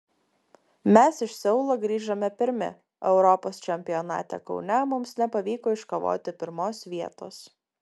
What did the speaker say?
mes iš seulo grįžome pirmi o europos čempionate kaune mums nepavyko iškovoti pirmos vietos